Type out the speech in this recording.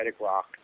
rock